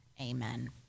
Amen